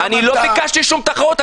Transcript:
לא ביקשתי שום תחרות.